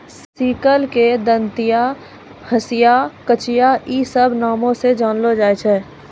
sickle के दंतिया, हंसिया, कचिया इ सभ नामो से जानलो जाय छै